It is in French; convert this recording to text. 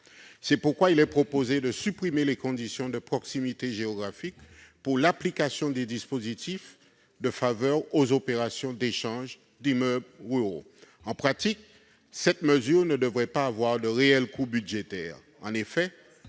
C'est pourquoi il est proposé de supprimer les conditions de proximité géographique pour l'application des dispositifs de faveur aux opérations d'échanges d'immeubles ruraux. En pratique, cette mesure ne devrait pas avoir de réel coût budgétaire.